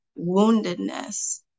woundedness